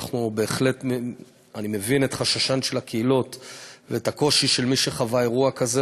אני בהחלט מבין את חששן של הקהילות ואת הקושי של מי שחווה אירוע כזה,